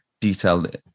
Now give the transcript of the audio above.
detailed